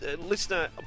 listener